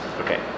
Okay